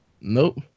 Nope